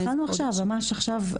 התחלנו עכשיו, ממש עכשיו.